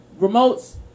remotes